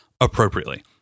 appropriately